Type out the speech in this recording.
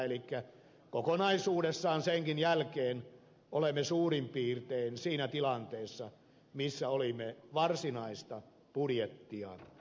elikkä kokonaisuudessaan senkin jälkeen olemme suurin piirtein siinä tilanteessa missä olimme varsinaista budjettia rakennettaessa